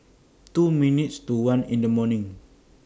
two minutes to one in The morning